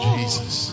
Jesus